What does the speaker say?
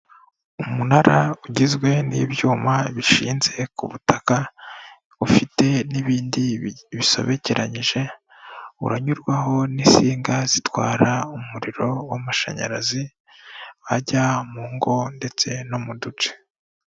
Umunara ugizwe n'ibyuma bishinze ku butaka ufite n'ibindi bisobekeranyije, uranyurwaho n'insinga zitwara umuriro w'amashanyarazi wajya mu ngo ndetse no mu duce.